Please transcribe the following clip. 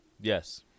Yes